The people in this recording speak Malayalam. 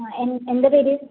ആ എന്താ പേര്